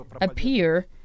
appear